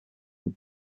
were